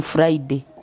Friday